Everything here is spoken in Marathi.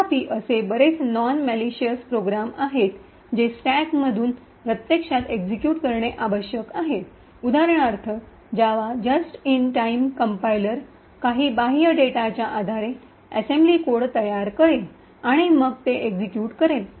तथापि असे बरेच नॉन मलिशस प्रोग्राम आहेत जे स्टॅकमधून प्रत्यक्षात एक्सिक्यूट करणे आवश्यक आहे उदाहरणार्थ Java just in time compiler काही बाह्य डेटाच्या आधारे असेंब्ली कोड तयार करेल आणि मग ते एक्सिक्यूट करेल